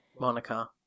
Monica